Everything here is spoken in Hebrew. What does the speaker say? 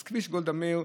אז כביש גולדה מאיר,